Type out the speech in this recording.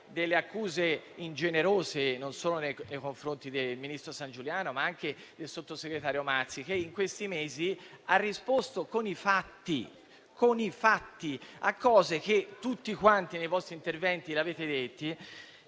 sentito accuse ingenerose, non solo nei confronti del ministro Sangiuliano, ma anche del sottosegretario Mazzi, che in questi mesi ha risposto con i fatti alle questioni che tutti quanti, nei vostri interventi, avete sollevato.